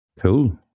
Cool